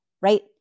right